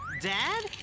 Dad